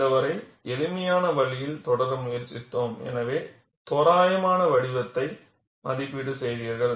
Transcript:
முடிந்தவரை எளிமையான வழியில் தொடர முயற்சித்தோம் எனவே தோராயமான வடிவத்தை மதிப்பீடு செய்தீர்கள்